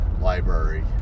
library